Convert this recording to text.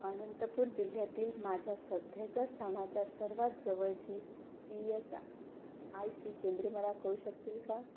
अनंतपुर जिल्ह्यातील माझ्या सध्याच्या स्थानाच्या सर्वात जवळची ई यस आय सी केंद्रे मला कळू शकतील का